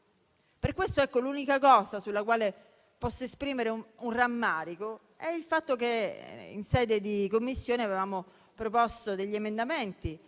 Per questo l'unica cosa sulla quale posso esprimere un rammarico è il fatto che in sede di Commissione avevamo proposto degli emendamenti